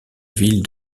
ville